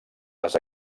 les